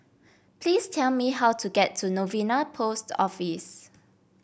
please tell me how to get to Novena Post Office